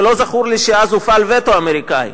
ולא זכור לי שאז הופעל וטו אמריקני.